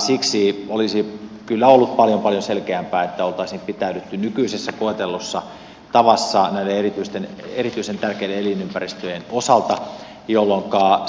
siksi olisi kyllä ollut paljon paljon selkeämpää että oltaisiin pitäydytty nykyisessä koetellussa tavassa näiden erityisen tärkeiden elinympäristöjen osalta jolloinka